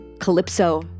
Calypso